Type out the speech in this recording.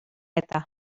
eta